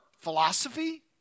philosophy